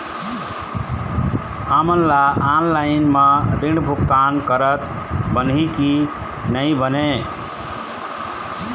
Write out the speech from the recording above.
हमन ला ऑनलाइन म ऋण भुगतान करत बनही की नई बने?